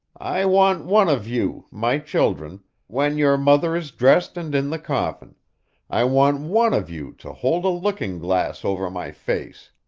i want one of you, my children when your mother is dressed and in the coffin i want one of you to hold a looking-glass over my face.